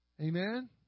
Amen